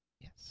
Yes